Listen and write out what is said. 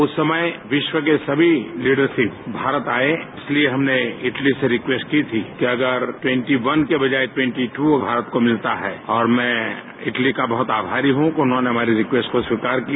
उस समय विश्व के सभी लीडरशिप भारत आये और इसलिए हमने इटली से रिक्वेस्ट की थी कि अगर इक्कीस की बजाए बाईस अगर भारत को मिलता है और मैं इटली का बहुत आभारी हूं कि उन्होंने हमारी रिक्वेट को स्वीकार किया